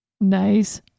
Nice